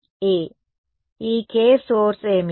ఈ K source ఏమిటి